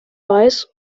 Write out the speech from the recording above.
weiß